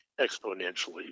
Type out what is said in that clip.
exponentially